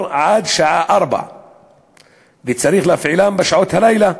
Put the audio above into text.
עד השעה 16:00 וצריך להפעילן בשעות הלילה,